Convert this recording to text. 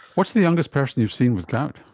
what's the youngest person you've seen with gout?